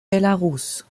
belarus